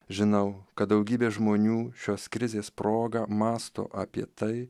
žinau kad daugybė žmonių šios krizės proga mąsto apie tai